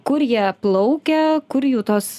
kur jie plaukia kur jų tos